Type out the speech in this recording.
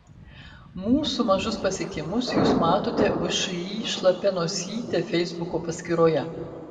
mūsų mažus pasiekimus jūs matote všį šlapia nosytė feisbuko paskyroje